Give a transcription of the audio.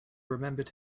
remembered